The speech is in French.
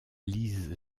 lisent